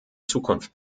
zukunft